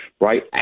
Right